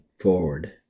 forward